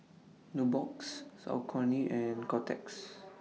Nubox Saucony and Kotex